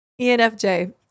enfj